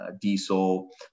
diesel